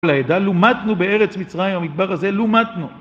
לומדנו בארץ מצרים, המדבר הזה לומדנו